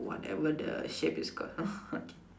whatever the shape is called okay